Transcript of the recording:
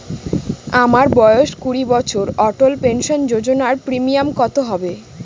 আমার বয়স কুড়ি বছর অটল পেনসন যোজনার প্রিমিয়াম কত হবে?